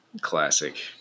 classic